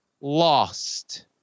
lost